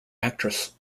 actress